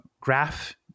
graph